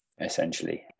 essentially